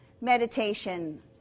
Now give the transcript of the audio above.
meditation